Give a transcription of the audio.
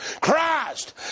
Christ